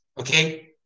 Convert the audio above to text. okay